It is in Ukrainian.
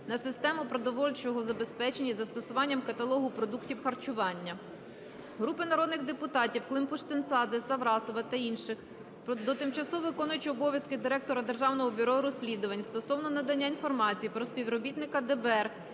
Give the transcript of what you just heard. на систему продовольчого забезпечення із застосуванням каталогу продуктів харчування. Групи народних депутатів (Климпуш-Цинцадзе, Саврасова та інших) до тимчасово виконуючої обов'язки Директора Державного бюро розслідувань стосовно надання інформації про співробітника ДБР,